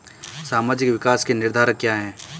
सामाजिक विकास के निर्धारक क्या है?